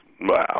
wow